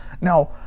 Now